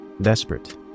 desperate